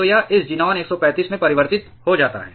तो यह इस ज़ीनान 135 में परिवर्तित हो जाता है